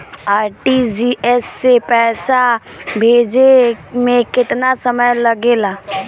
RTGS से पैसा भेजे में केतना समय लगे ला?